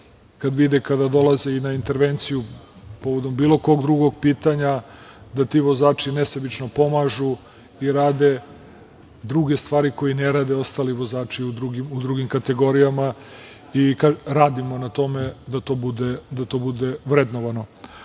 kad vide, kada dolaze i na intervenciju povodom bilo kog drugog pitanja, da ti vozači nesebično pomažu i rade druge stvari koje ne rade ostali vozači u drugim kategorijama. Radimo na tome da to bude vrednovano. Što